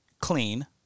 clean